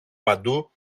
παντού